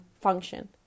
function